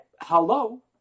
Hello